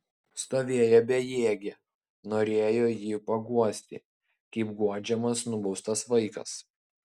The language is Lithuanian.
stovėjo bejėgė norėjo jį paguosti kaip guodžiamas nubaustas vaikas